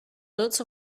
lots